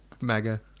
mega